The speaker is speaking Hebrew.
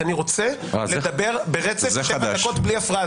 אני רוצה לדבר ברצף במשך שבע דקות בלי הפרעה.